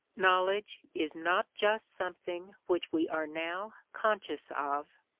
knowledge is not just something which we are now conscious of,